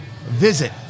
visit